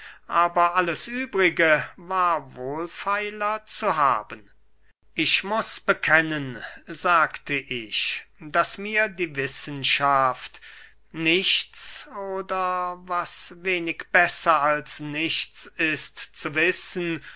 aber alles übrige war wohlfeiler zu haben ich muß bekennen sagte ich daß mir die wissenschaft nichts oder was wenig besser als nichts ist zu wissen